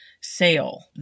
sale